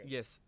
Yes